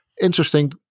interesting